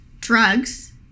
drugs